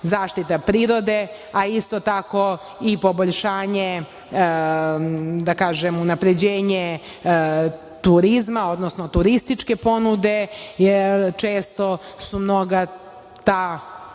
zaštita prirode, a isto tako i poboljšanje, da kažem, unapređenje turizma, odnosno turističke ponude, jer često što mnoga takvi